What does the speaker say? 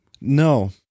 No